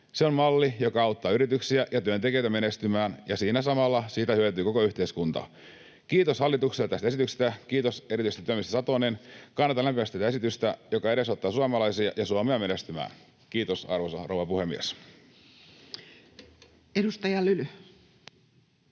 Se on malli, joka auttaa yrityksiä ja työntekijöitä menestymään, ja siinä samalla siitä hyötyy koko yhteiskunta. Kiitos hallitukselle tästä esityksestä, kiitos erityisesti työministeri Satoselle. Kannatan lämpimästi tätä esitystä, joka edesauttaa suomalaisia ja Suomea menestymään. — Kiitos, arvoisa rouva puhemies. Edustaja Lyly.